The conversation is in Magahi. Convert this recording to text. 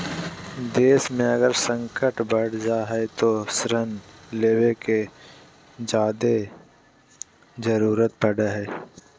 देश मे अगर संकट बढ़ जा हय तो ऋण लेवे के जादे जरूरत पड़ो हय